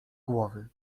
głowy